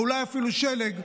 ואולי אפילו שלג?